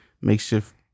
makeshift